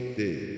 day